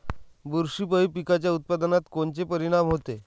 बुरशीपायी पिकाच्या उत्पादनात कोनचे परीनाम होते?